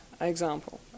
example